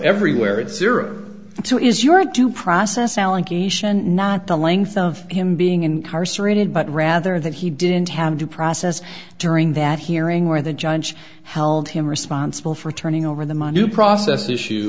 everywhere it's zero two is your due process allegation not the length of him being incarcerated but rather that he didn't have due process during that hearing where the judge held him responsible for turning over the manu process issue